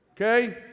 Okay